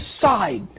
side